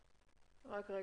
--- (נתק